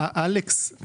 אלכס,